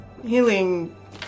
healing